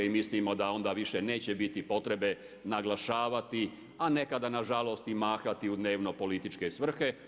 I mislimo da onda više neće biti potrebe naglašavati, a nekada na žalost i mahati u dnevno-političke svrhe.